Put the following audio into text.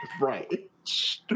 Right